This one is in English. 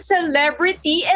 Celebrity